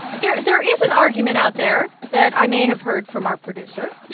there there is an argument out there that i may have heard from our producer.